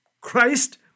Christ